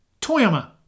Toyama